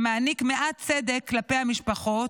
שמעניק מעט צדק כלפי המשפחות,